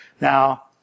Now